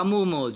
חמור מאוד.